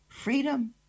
Freedom